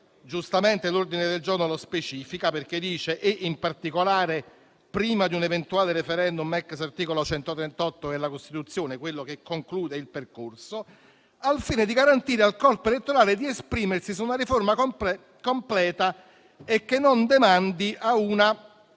Giustamente l'ordine del giorno lo specifica, perché continua in questo modo: «…e, in particolare, prima di un eventuale *referendum* *ex* articolo 138 della Costituzione,» - quello che conclude il percorso - «al fine di garantire al corpo elettorale di esprimersi su una riforma completa e che non demandi a una